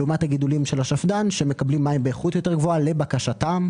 לעומת הגידולים של השפד"ן שמקבלים מים באיכות יותר גבוהה לבקשתם.